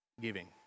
giving